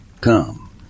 come